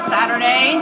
Saturday